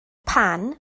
pan